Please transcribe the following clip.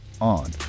on